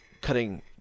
cutting